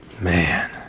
Man